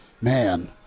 man